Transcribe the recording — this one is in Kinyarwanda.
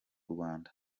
rwanda